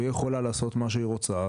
והיא יכולה לעשות מה שהיא רוצה,